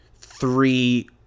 three